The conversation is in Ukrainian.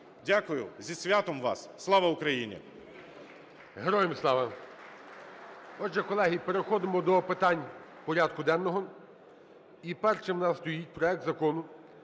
Дякую. Зі святом вас! Слава Україні! ГОЛОВУЮЧИЙ. Героям слава! Отже, колеги, переходимо до питань порядку денного. І першим в нас стоїть проект Закону